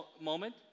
moment